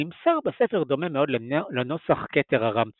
הנמסר בספר דומה מאוד לנוסח כתר ארם צובא,